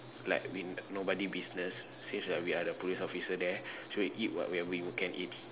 like we nobody business since we we are the police officer there so we eat what whatever we can eat